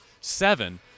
seven